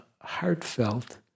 heartfelt